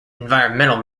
environmental